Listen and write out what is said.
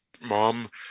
mom